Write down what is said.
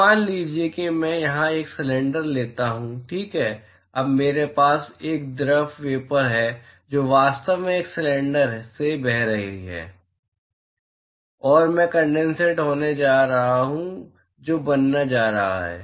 तो मान लीजिए मैं यहाँ एक सिलेंडर लेता हूँ ठीक है अब मेरे पास एक द्रव वेपर है जो वास्तव में इस सिलेंडर से बह रही है और मैं कनडेनसेट होने जा रहा हूं जो बनने जा रहा है